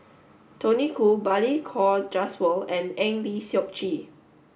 Tony Khoo Balli Kaur Jaswal and Eng Lee Seok Chee